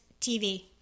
TV